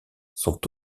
sont